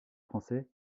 français